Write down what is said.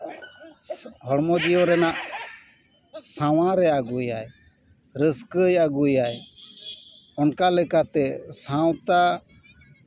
ᱦᱚᱲᱢᱚ ᱡᱤᱭᱚᱱ ᱨᱮᱱᱟᱜ ᱥᱟᱶᱟᱨᱮ ᱟᱹᱜᱩᱭᱟᱭ ᱨᱟᱹᱥᱠᱟᱹ ᱟᱹᱜᱩᱭᱟᱭ ᱚᱱᱠᱟ ᱞᱮᱠᱟᱛᱮ ᱥᱟᱶᱛᱟ